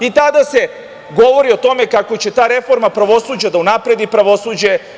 I tada se govori o tome kako će ta reforma pravosuđa da unapredi pravosuđe.